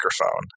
microphone